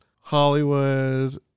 Hollywood